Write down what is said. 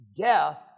death